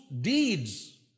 deeds